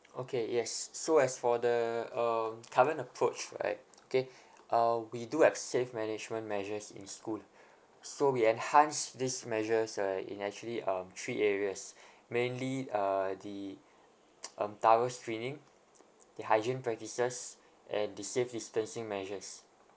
okay yes so as for the um current approach right okay uh we do have safe management measures in school so we enhance these measures right in actually um three areas mainly uh the um thorough screening the hygiene practices and the safe distancing measures